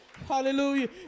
Hallelujah